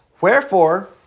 Wherefore